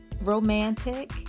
romantic